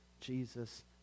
Jesus